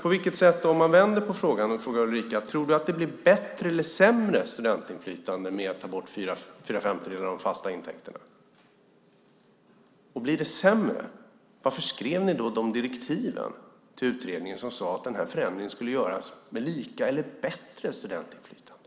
Jag vänder på frågan: Tror du att det blir bättre eller sämre studentinflytande om man tar bort fyra femtedelar av de fasta intäkterna? Om det blir sämre, varför skrev ni då i direktiven till utredningen att den här förändringen skulle göras med lika eller bättre studentinflytande?